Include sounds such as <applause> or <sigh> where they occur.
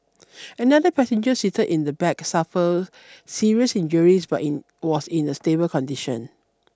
<noise> another passenger seated in the back suffered serious injuries but in was in a stable condition